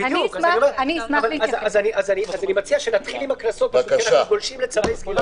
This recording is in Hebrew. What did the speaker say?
אני מציע שנתחיל עם הקנסות כי אנחנו גולשים לצווי סגירה.